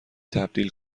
تبدیل